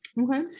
Okay